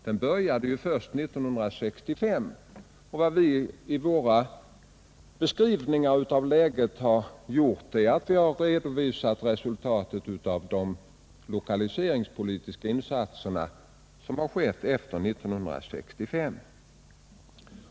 Den började först 1965, och departementet har redovisat resultaten av de lokaliseringspolitiska insatser som har gjorts efter 1965.